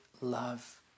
love